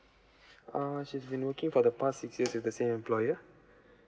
uh she's been working for the past six years with the same employer